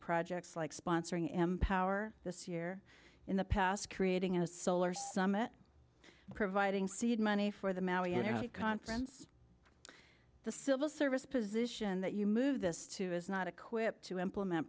projects like sponsoring m power this year in the past creating a solar summit and providing seed money for the conference the civil service position that you move this to is not equipped to implement